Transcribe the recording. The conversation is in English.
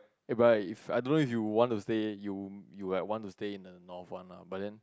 but if I don't know if you want to stay you you want to stay in the north but then